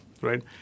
right